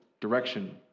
direction